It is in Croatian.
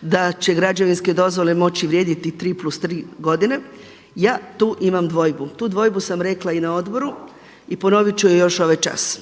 da će građevinske dozvole moći vrijediti tri plus tri godine. Ja tu imam dvojbu. Tu dvojbu sam rekla i na odboru i ponovit ću je još ovaj čas.